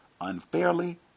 unfairly